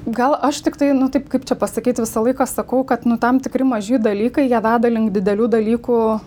gal aš tiktai nu taip kaip čia pasakyt visą laiką sakau kad tam tikri maži dalykai jie veda link didelių dalykų